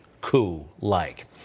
coup-like